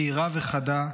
בהירה וחדה,